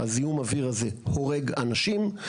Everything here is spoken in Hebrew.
הזיהום אוויר הזה הורג אנשים,